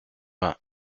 vingt